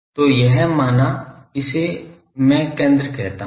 तो यह माना इसे में केंद्र कहता हूँ